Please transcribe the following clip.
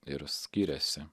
ir skiriasi